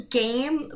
game